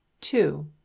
two